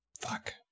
Fuck